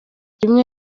rimwe